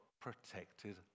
protected